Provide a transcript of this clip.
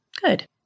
Good